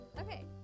Okay